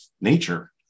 nature